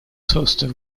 состав